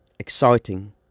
Exciting